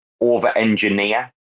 over-engineer